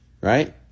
Right